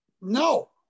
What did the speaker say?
No